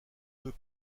deux